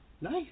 Nice